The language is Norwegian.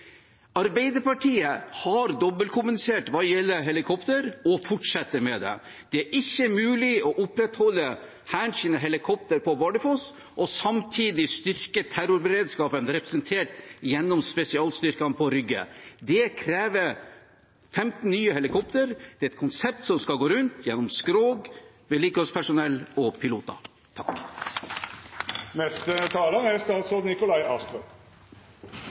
Arbeiderpartiet har dobbeltkommunisert hva gjelder helikopter, og fortsetter med det. Det er ikke mulig å opprettholde Hærens helikopter på Bardufoss og samtidig styrke terrorberedskapen representert gjennom spesialstyrkene på Rygge. Det krever 15 nye helikopter. Det er et konsept som skal gå rundt, gjennom skrog, vedlikeholdspersonell og piloter. Vi har et stort bistandsbudsjett for 2019. Desto viktigere er